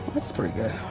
that's pretty good.